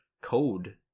code